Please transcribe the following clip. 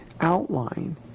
outline